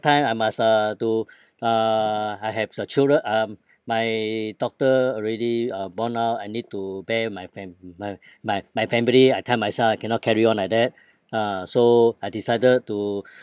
time I must uh to uh I have the children um my daughter already uh born out I need to bear my fam~ m~ uh my my family I tell myself I cannot carry on like that ah so I decided to